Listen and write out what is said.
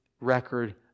record